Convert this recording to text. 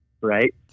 right